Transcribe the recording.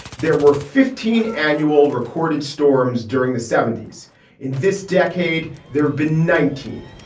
there were fifteen annual recorded storms during the seventy s in this decade. there have been nineteen.